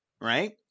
right